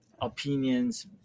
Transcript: opinions